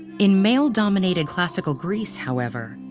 in male-dominated classical greece, however,